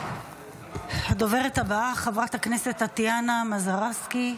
הדוברת הבאה, חברת הכנסת טטיאנה מזרסקי.